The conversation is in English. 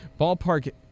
ballpark